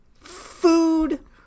food